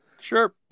Sure